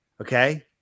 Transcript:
Okay